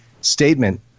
statement